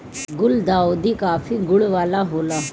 गुलदाउदी काफी गुण वाला होला